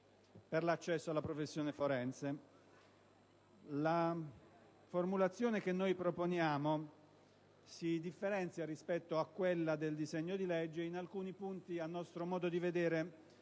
per l'accesso alla professione forense. La formulazione che proponiamo si differenzia rispetto a quella del disegno di legge in alcuni punti, a nostro modo di vedere